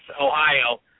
Ohio